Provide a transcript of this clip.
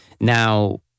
Now